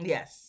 Yes